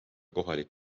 kohalik